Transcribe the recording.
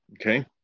Okay